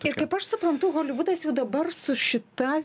tai kaip aš suprantu holivudas jau dabar su šita